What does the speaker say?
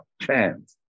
chance